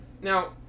Now